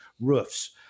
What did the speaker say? roofs